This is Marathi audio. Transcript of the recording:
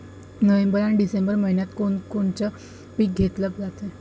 नोव्हेंबर अन डिसेंबर मइन्यामंधी कोण कोनचं पीक घेतलं जाते?